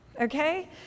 Okay